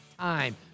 time